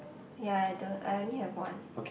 ya at the I only have one